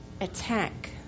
attack